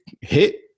hit